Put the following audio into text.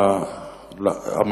מבחינתנו,